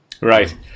Right